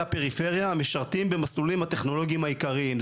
הפריפריה המשרתים במסלולים הטכנולוגיים העיקריים.